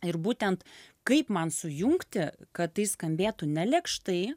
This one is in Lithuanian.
ir būtent kaip man sujungti kad tai skambėtų nelėkštai